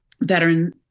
veteran